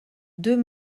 deux